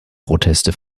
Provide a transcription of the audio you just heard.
proteste